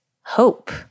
hope